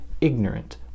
ignorant